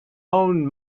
own